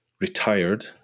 retired